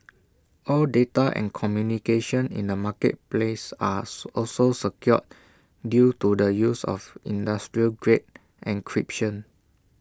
all data and communication in the marketplace are also secure due to the use of industrial grade encryption